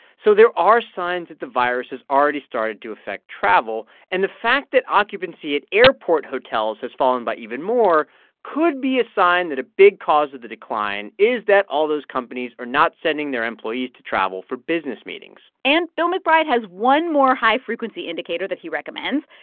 so there are signs that the virus has already started to affect travel, and the fact that occupancy at airport hotels has fallen by even more could be a sign that a big cause of the decline is that all those companies are not sending their employees to travel for business meetings and bill mcbride has one more high-frequency indicator that he recommends,